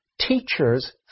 Teachers